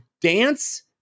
dance